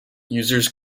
users